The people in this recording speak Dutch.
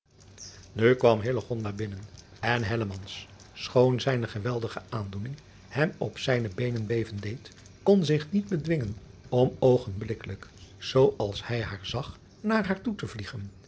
u kwam binnen en schoon zijne geweldige aandoening hem op zijne beenen beven deed kon zich niet bedwingen om oogenblikkelijk zoo als hij haar zag naar haar toe te vliegen